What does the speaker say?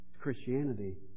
Christianity